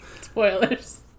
Spoilers